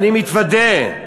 אני מתוודה.